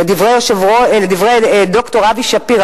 לדברי ד"ר אבי שפירא,